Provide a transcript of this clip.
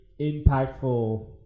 impactful